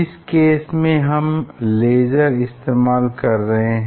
इस केस में हम लेज़र इस्तेमाल कर रहे हैं